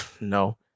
No